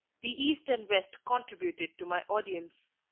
the east and west contributed to my audience.